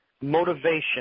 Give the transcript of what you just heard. motivation